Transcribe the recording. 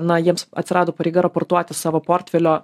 na jiems atsirado pareiga raportuoti savo portfelio